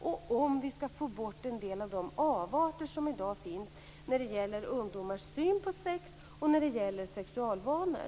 Det är för att få bort de avarter som i dag finns när det gäller ungdomars syn på sex och sexualvanor.